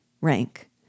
Rank